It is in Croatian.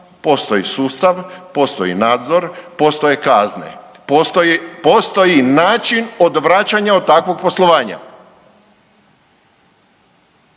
postoji sustav, postoji nadzor, postoje kazne, postoji, postoji način odvraćanja od takvog poslovanja.